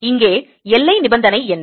இங்கே எல்லை நிபந்தனை என்ன